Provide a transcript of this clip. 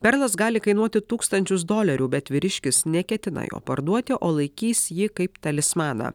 perlas gali kainuoti tūkstančius dolerių bet vyriškis neketina jo parduoti o laikys jį kaip talismaną